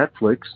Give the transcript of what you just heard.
Netflix